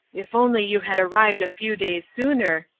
if only you had arrived a few days sooner,